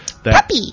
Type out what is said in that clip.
Puppy